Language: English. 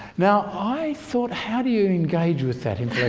now i thought, how do you engage with that